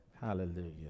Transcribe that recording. Hallelujah